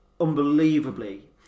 unbelievably